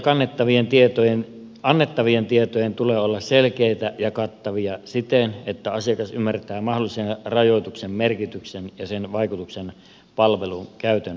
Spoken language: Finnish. sopimusehtojen ja annettavien tietojen tulee olla selkeitä ja kattavia siten että asiakas ymmärtää mahdollisen rajoituksen merkityksen ja sen vaikutuksen palvelun käytön kannalta